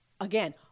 again